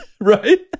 Right